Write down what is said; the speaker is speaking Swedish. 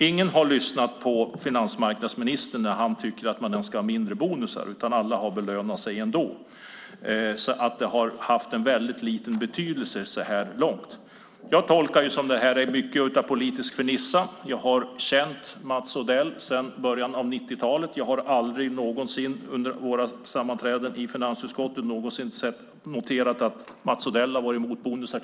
Ingen har lyssnat på finansmarknadsministern som tycker att man ska ha mindre bonusar. Alla har belönat sig ändå. Det han säger har haft en väldigt liten betydelse så här långt. Jag tolkar det här som att det är mycket av politisk fernissa. Jag har känt Mats Odell sedan början av 90-talet. Jag har aldrig någonsin under våra sammanträden i finansutskottet noterat att Mats Odell skulle ha varit mot bonusar.